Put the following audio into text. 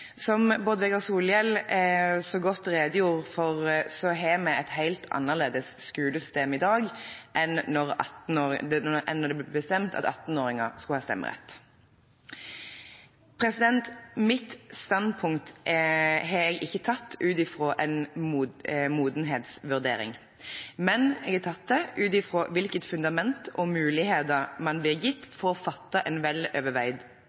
Som Bård Vegar Solhjell så godt redegjorde for, har vi et helt annerledes skolesystem i dag enn da det ble bestemt at 18-åringer skulle ha stemmerett. Mitt standpunkt har jeg ikke tatt ut fra en modenhetsvurdering, men jeg har tatt det ut fra hvilket fundament og hvilke muligheter man blir gitt for å fatte en